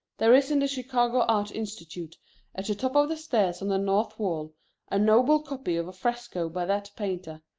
there is in the chicago art institute at the top of the stairs on the north wall a noble copy of a fresco by that painter,